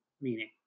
meaning